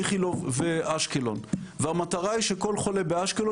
איכילוב ואשקלון והמטרה היא שכל חולה באשקלון,